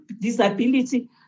disability